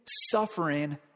suffering